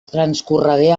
transcorregué